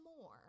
more